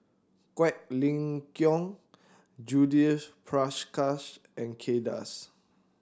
Quek Ling Kiong Judith Prakash and Kay Das